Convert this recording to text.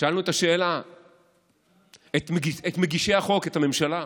שאלנו את השאלה את מגישי החוק, את הממשלה: